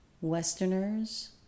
westerners